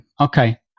Okay